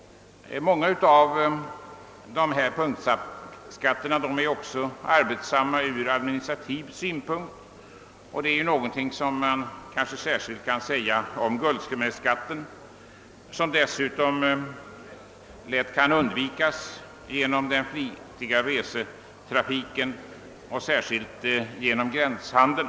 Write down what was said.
Många av dessa punktskatter föranleder också mycket administrativt arbete. Det gäller särskilt skatten på guldsmedsvaror, som många dessutom undgår att drabbas av genom den livliga resetrafiken och särskilt genom gränshandeln.